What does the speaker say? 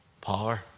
power